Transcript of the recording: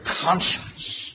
conscience